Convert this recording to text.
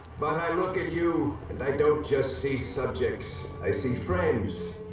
but i look at you. and i don't just see subjects. i see friends,